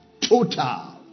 total